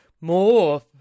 more